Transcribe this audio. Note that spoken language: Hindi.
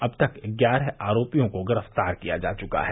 अब तक ग्यारह आरोपियों को गिरफ्तार किया जा चुका है